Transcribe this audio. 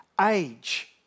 Age